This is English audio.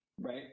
right